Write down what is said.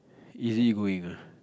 easy-going ah